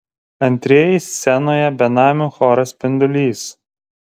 antrieji scenoje benamių choras spindulys